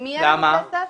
למה?